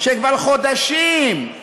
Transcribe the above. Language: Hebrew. שכבר חודשים,